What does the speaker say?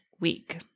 week